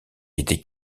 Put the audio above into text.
était